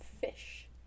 fish